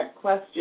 question